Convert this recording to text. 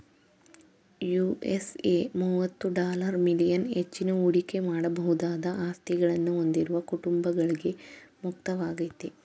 USA ಮುವತ್ತು dollar million ಹೆಚ್ಚಿನ ಹೂಡಿಕೆ ಮಾಡಬಹುದಾದ ಆಸ್ತಿಗಳನ್ನ ಹೊಂದಿರುವ ಕುಟುಂಬಗಳ್ಗೆ ಮುಕ್ತವಾಗೈತೆ